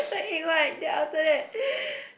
like egg white then after that